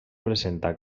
presenta